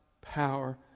power